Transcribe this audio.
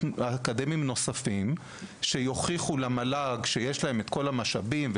נוספים שיוכיחו למל"ג שיש להם את כל המשאבים,